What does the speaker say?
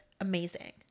amazing